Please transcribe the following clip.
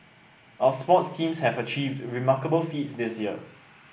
our sports teams have achieved remarkable feats this year